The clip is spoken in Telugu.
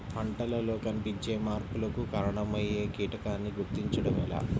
పంటలలో కనిపించే మార్పులకు కారణమయ్యే కీటకాన్ని గుర్తుంచటం ఎలా?